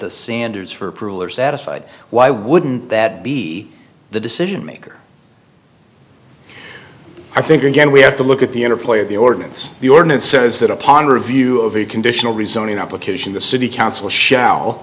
the standards for approval are satisfied why wouldn't that be the decision maker i think again we have to look at the interplay of the ordinance the ordinance says that upon review of the conditional rezoning up locution the city council shall